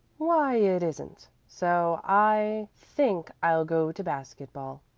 why it isn't so i think i'll go to basket-ball,